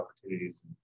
opportunities